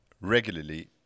regularly